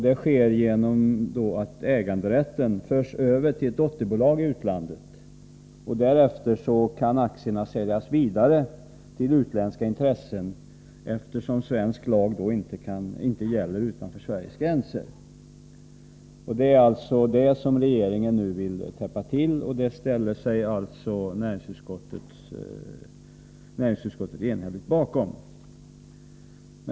Detta sker genom att äganderätten förs över till ett dotterbolag i utlandet. Därefter kan aktierna säljas vidare till utländska intressen, eftersom svensk lag inte gäller utanför Sveriges gränser. Denna lucka i lagen vill regeringen nu täppa till, och det ställer sig näringsutskottet enhälligt bakom.